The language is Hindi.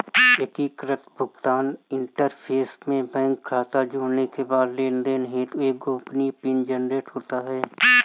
एकीकृत भुगतान इंटरफ़ेस में बैंक खाता जोड़ने के बाद लेनदेन हेतु एक गोपनीय पिन जनरेट होता है